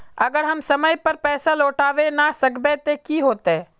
अगर हम समय पर पैसा लौटावे ना सकबे ते की होते?